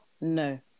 no